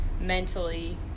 mentally